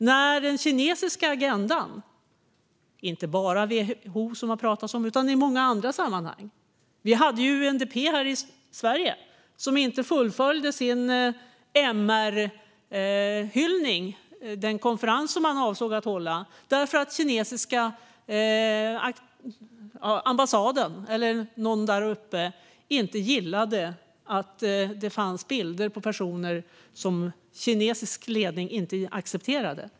Vi har den kinesiska agendan, som det talas om i många sammanhang, inte bara när det gäller WHO. Här i Sverige valde UNDP att inte fullfölja sin MR-hyllning, alltså den konferens som man avsåg att hålla, därför att kinesiska ambassaden eller någon högt uppsatt i Kina inte gillade att det fanns bilder på personer som kinesisk ledning inte accepterade.